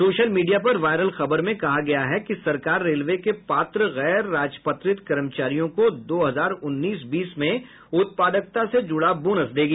social media पर viral खबर में कहा गया है कि सरकार रेलवे के पात्र गैर राजपत्रित कर्मचारियों को दो हजार उन्नीस बीस में उत्पादकता से जुडा बोनस देगी